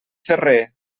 ferrer